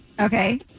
Okay